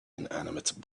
inanimate